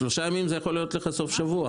שלושה ימים זה יכול להיות סופשבוע.